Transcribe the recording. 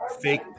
fake